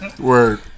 word